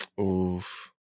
Oof